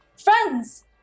Friends